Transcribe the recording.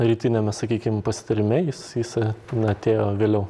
rytiniame sakykim pasitarime jis jis atėjo vėliau